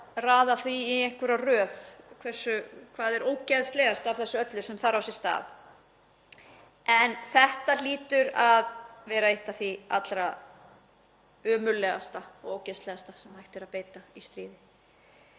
raða því í einhverja röð hvað er ógeðslegast af þessu öllu sem þar á sér stað. En þetta hlýtur að vera eitt af því allra ömurlegasta og ógeðslegasta sem hægt er að beita í stríði.